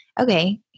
okay